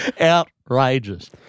Outrageous